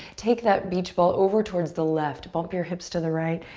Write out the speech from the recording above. take that beach ball over towards the left. bump your hips to the right.